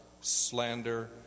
slander